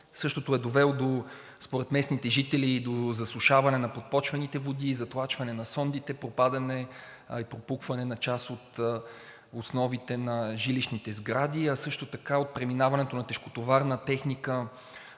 Същото е довело според местните жители до засушаване на подпочвените води и затлачване на сондите, попадане и пропукване на част от основите на жилищните сгради, а също така от преминаването на тежкотоварна техника